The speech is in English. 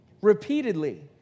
repeatedly